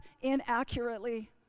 inaccurately